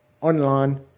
online